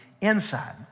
inside